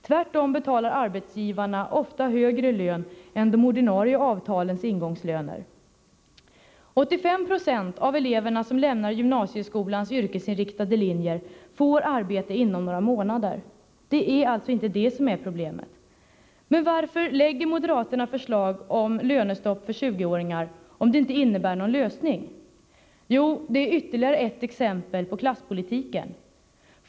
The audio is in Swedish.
Tvärtom betalar de ofta högre lön än de ordinarie avtalens ingångslöner. Hela 85 26 av eleverna som lämnar gymnasieskolans yrkesinriktade linjer får arbete inom några månader. Det är alltså inte det som är problemet. Varför lägger då moderaterna förslag om lönestopp för 20-åringar, om det inte innebär någon lösning? Jo, det är ytterligare ett exempel på klasspolitiken.